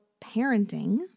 parenting